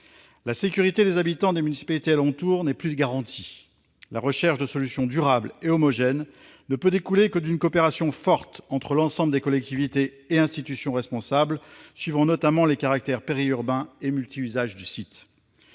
La sécurité des habitants des municipalités alentour n'est plus garantie. La recherche de solutions durables et homogènes ne peut découler que d'une coopération forte entre l'ensemble des collectivités et institutions responsables, suivant, notamment, les caractères périurbains et multiusages du site.